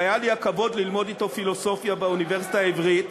שהיה לי הכבוד ללמוד אתו פילוסופיה באוניברסיטה העברית,